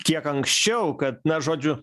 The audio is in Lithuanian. kiek anksčiau kad na žodžiu